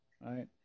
right